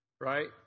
right